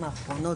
בשנים האחרונות,